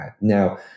Now